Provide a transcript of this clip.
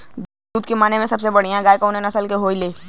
दुध के माने मे सबसे बढ़ियां गाय कवने नस्ल के होली?